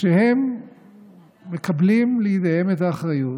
כשהם מקבלים לידיהם את האחריות